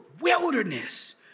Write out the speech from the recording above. wilderness